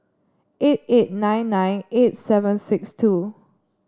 eight eight nine nine eight seven six two